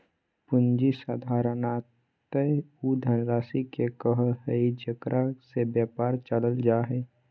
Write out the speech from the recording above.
पूँजी साधारणतय उ धनराशि के कहइ हइ जेकरा से व्यापार चलाल जा हइ